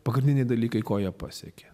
pagrindiniai dalykai ko jie pasiekė